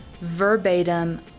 verbatim